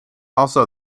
also